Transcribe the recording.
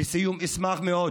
לסיום, אשמח מאוד